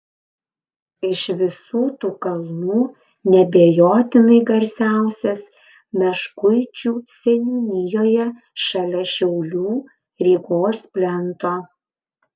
iš visų tų kalnų neabejotinai garsiausias meškuičių seniūnijoje šalia šiaulių rygos plento